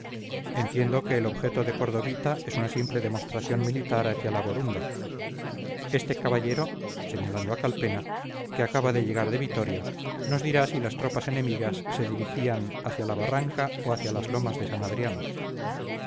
entiendo que el objeto de cordovita es una simple demostración militar hacia la borunda este caballero señalando a calpena que acaba de llegar de vitoria nos dirá si las tropas enemigas se dirigían hacia la barranca o hacia las lomas de san adrián